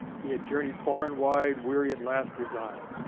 he had journeyed far and wide, weary at last reside.